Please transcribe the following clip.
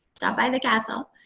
stop by the castle.